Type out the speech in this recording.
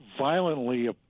violently